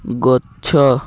ଗଛ